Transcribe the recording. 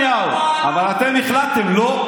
הוא רוצה את נתניהו, אבל אתם החלטתם: לא,